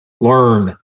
Learn